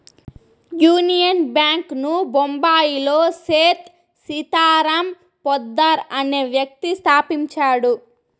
union Bank ను బొంబాయిలో సేథ్ సీతారాం పోద్దార్ అనే వ్యక్తి స్థాపించాడు